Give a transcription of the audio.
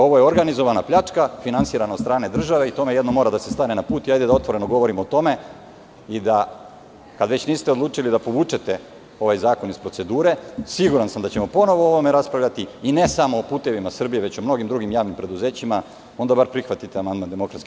Ovo je organizovana pljčaka, finansirana od strane države i tome jednom mora da se stane na put i hajde da otvoreno govorimo o tome i kada već niste odlučili da povučete ovaj zakon iz procedure, siguran sam da ćemo ponovo o ovome raspravljati, ne samo o "Putevima Srbije", već o mnogim drugim javnim preduzećima, onda bar prihvatite DSS.